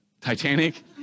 Titanic